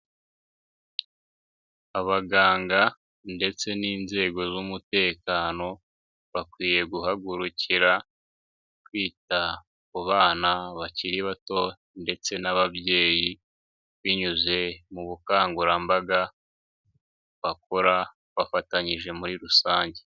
Abaganga ndetse n'inzego z'umutekano bakwiye guhagurukira kwita ku bana bakiri bato ndetse n'ababyeyi, binyuze mu bukangurambaga bakora bafatanyije muri rusange.